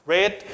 Red